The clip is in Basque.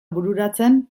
bururatzen